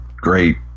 great